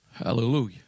Hallelujah